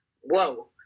whoa